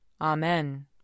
Amen